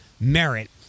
merit